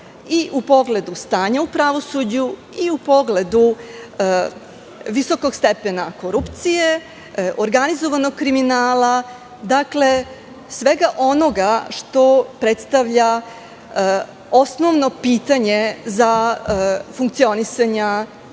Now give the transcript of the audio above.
i u pogledu stanja u pravosuđu i u pogledu visokog stepena korupcije, organizovanog kriminala, dakle, svega onoga što predstavlja osnovno pitanje za funkcionisanje